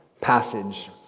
passage